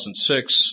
2006